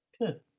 good